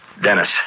Dennis